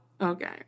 Okay